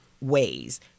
ways